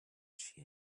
she